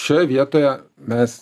šioje vietoje mes